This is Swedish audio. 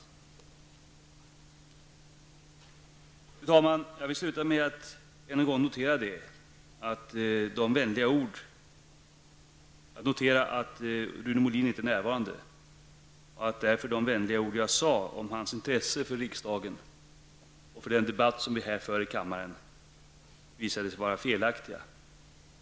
Fru talman! Jag vill sluta med att än en gång notera att Rune Molin inte är närvarande och att de vänliga ord jag yttrade om hans intresse för riksdagen och för den debatt som vi för här i kammaren alltså visat sig vara felaktiga.